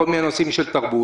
בכל מיני נושאים של תרבות.